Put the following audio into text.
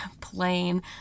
plain